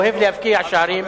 אוהב להבקיע שערים,